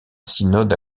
synode